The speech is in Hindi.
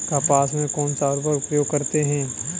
कपास में कौनसा उर्वरक प्रयोग करते हैं?